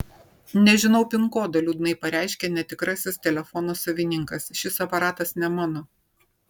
nežinau pin kodo liūdnai pareiškia netikrasis telefono savininkas šis aparatas ne mano